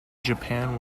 japan